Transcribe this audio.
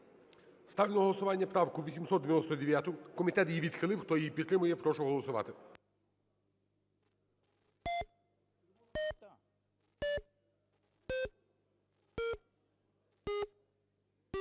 Ставлю на голосування правку 922. Комітет її відхилив. Хто підтримує, прошу голосувати.